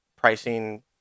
pricing